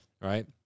right